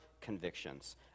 convictions